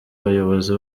bayobozi